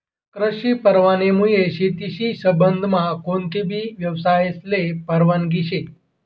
कृषी परवानामुये शेतीशी संबंधमा कोणताबी यवसायले परवानगी शे